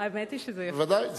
זה שיפור משמעותי.